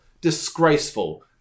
Disgraceful